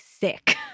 sick